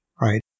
Right